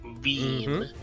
beam